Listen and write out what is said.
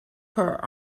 her